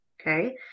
okay